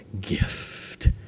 gift